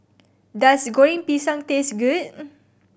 does Goreng Pisang taste good